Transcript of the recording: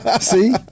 see